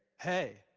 hey.